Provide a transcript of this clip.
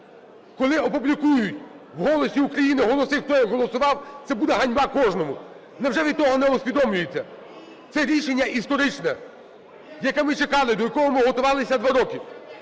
Коли опублікують в "Голосі України" голоси, хто як голосував, це буде ганьба кожного. Невже ви того не усвідомлюєте? Це рішення історичне, яке ми чекали, до якого ми готувалися 2 роки.